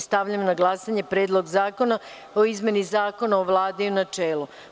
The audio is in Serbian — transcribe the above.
Stavljam na glasanje Predlog zakona o izmeni Zakona o Vladi u načelu.